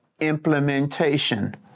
implementation